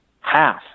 Half